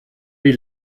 wie